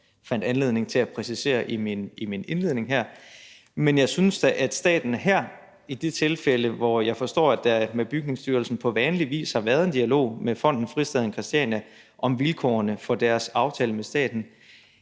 også fandt anledning til at præcisere i min indledning her. Men jeg synes da, at staten i det her tilfælde, hvor jeg forstår, at der med Bygningsstyrelsen på vanlig vis har været en dialog med Fonden Fristaden Christiania om vilkårene for deres aftale med staten,